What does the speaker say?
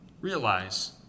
realize